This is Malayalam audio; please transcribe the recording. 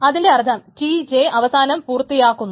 അതിന്റെ അർത്ഥം Tj അവസാനം പൂർത്തിയാക്കുന്നു